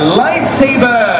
lightsaber